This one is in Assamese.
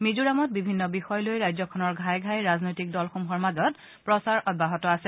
মিজোৰামত বিভিন্ন বিষয় লৈ ৰাজ্যখনৰ ঘাই ঘাই ৰাজনৈতিক দলসমূহৰ মাজত প্ৰচাৰ অব্যাহত আছে